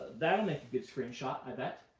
that'll make a good screenshot, i bet.